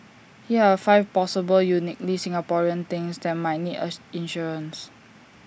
here are five possible uniquely Singaporean things that might need insurance